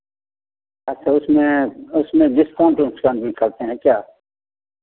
अच्छा उसमें उसमें डिस्काउंट उस्काउंट भी करते हैं क्या